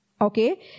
okay